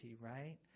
right